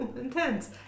intense